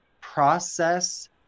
process